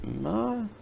Ma